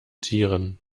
tieren